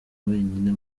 wenyine